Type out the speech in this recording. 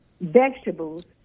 vegetables